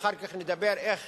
ואחר כך נדבר איך